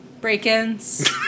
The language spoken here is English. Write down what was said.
break-ins